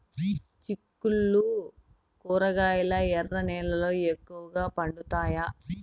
చిక్కుళ్లు కూరగాయలు ఎర్ర నేలల్లో ఎక్కువగా పండుతాయా